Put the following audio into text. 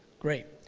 great.